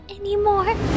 anymore